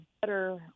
better